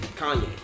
Kanye